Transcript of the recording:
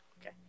Okay